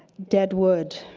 deadwood,